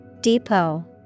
Depot